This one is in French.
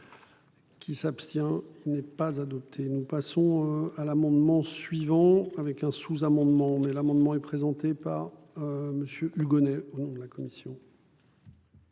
Qui s'abstient n'est pas adopté. Nous passons à l'amendement suivant avec un sous-amendement mais l'amendement est présenté par. Monsieur Hugonnet. La commission.